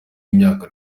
w’imyaka